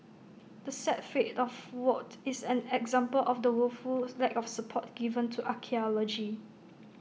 the sad fate of WoT is but an example of the woeful lack of support given to archaeology